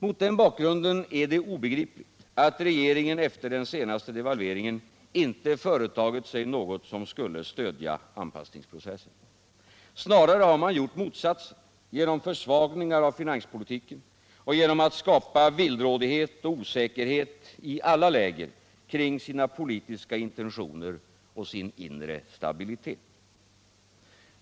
Mot den bakgrunden är det obegripligt att regeringen efter den senaste devalveringen inte företagit sig något som skulle stödja anpassningsprocessen. Snarare har man gjort motsatsen genom försvagningar av finanspolitiken och genom att skapa villrådighet och osäkerhet i alla läger kring sina politiska intentioner och sin inre stabilitet.